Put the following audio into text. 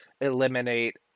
eliminate